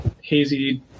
hazy